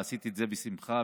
ועשית את זה בשמחה,